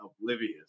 oblivious